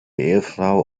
ehefrau